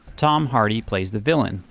tom hardy plays the villain,